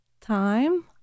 time